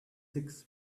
six